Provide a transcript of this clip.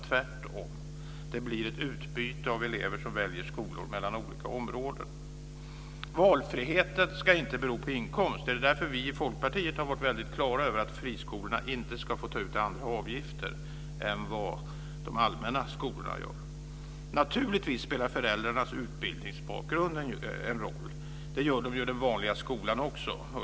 Tvärtom blir det ett utbyte av elever som väljer skolor i olika områden. Valfriheten ska inte bero på inkomst. Det är därför vi i Folkpartiet har gjort alldeles klart att friskolorna inte ska få ta ut andra avgifter än de allmänna skolorna gör. Naturligtvis spelar föräldrarnas utbildningsbakgrund en roll. Det gör den ju i den vanliga skolan också.